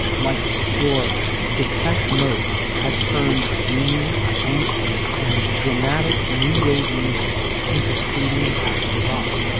like the cure depeche mode had turned do me angsty and dramatic new wave music into stadium packing rock.